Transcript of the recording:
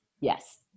yes